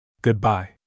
Goodbye